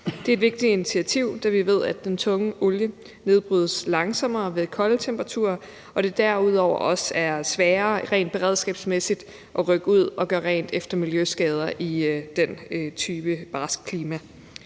Det er et vigtigt initiativ, da vi ved, at den tunge olie nedbrydes langsommere ved kolde temperaturer, og at det derudover også er sværere rent beredskabsmæssigt at rykke ud og gøre rent efter miljøskader i den type barske klima.